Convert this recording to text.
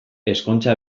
ezkontza